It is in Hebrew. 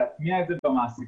להטמיע את זה אצל המעסיקים.